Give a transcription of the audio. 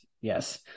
yes